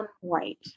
white